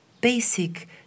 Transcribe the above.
basic